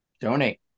donate